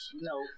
No